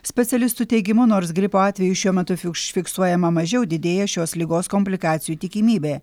specialistų teigimu nors gripo atveju šiuo metu fiš užfiksuojama mažiau didėja šios ligos komplikacijų tikimybė